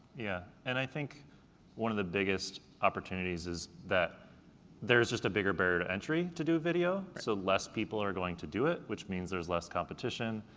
yeah, and i think one of the biggest opportunities is that there's just a bigger barrier to entry to do video, so less people are going to do it, which means there's less competition,